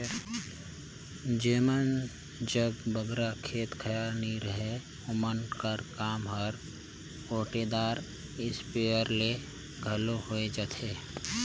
जेमन जग बगरा खेत खाएर नी रहें ओमन कर काम हर ओटेदार इस्पेयर ले घलो होए जाथे